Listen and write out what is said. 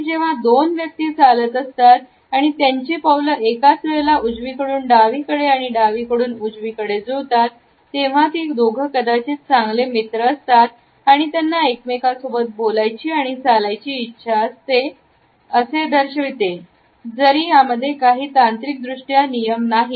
आणि जेव्हा दोन व्यक्ती चालत असतात आणि त्यांची पाऊल एकाच वेळेला उजवीकडून डावीकडे आणि डावीकडून उजवीकडे जुळतात तेव्हा ती दोघं कदाचित चांगले मित्र असतात आणि त्यांना एकमेकांसोबत बोलायची आणि चालायची इच्छा असते असे दर्शवते जरी यामध्ये काही तांत्रिक दृष्ट्या नियम नाही